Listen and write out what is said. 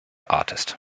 artist